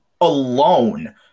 alone